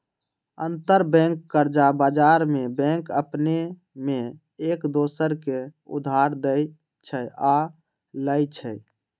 अंतरबैंक कर्जा बजार में बैंक अपने में एक दोसर के उधार देँइ छइ आऽ लेइ छइ